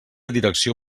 direcció